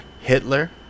hitler